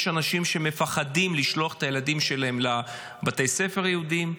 יש אנשים שמפחדים לשלוח את הילדים שלהם לבתי ספר יהודיים,